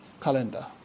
calendar